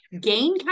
gain